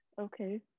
Okay